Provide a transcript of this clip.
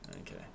Okay